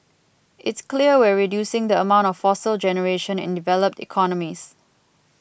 it's clear we're reducing the amount of fossil generation in developed economies